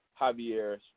Javier